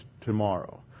tomorrow